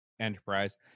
enterprise